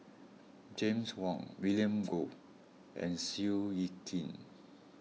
James Wong William Goode and Seow Yit Kin